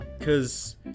cause